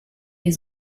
die